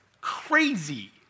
crazy